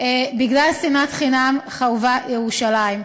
בגלל שנאת חינם חרבה ירושלים.